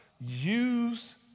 use